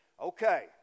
Okay